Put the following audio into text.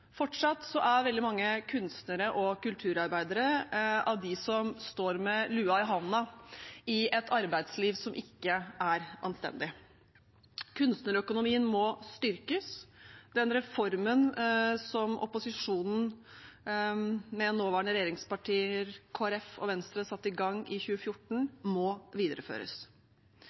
Fortsatt er veldig mange kunstnere og kulturarbeidere av dem som står med lua i hånda i et arbeidsliv som ikke er anstendig. Kunstnerøkonomien må styrkes. Den reformen som opposisjonen – med nåværende regjeringspartier Kristelig Folkeparti og Venstre – satte i gang i 2014, må videreføres.